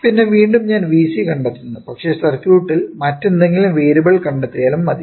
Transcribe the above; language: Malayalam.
പിന്നെ വീണ്ടും ഞാൻ vC കണ്ടെത്തുന്നു പക്ഷേ സർക്യൂട്ടിൽ മറ്റേതെങ്കിലും വേരിയബിൾ കണ്ടെത്തിയാലും മതി